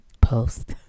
post